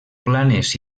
planes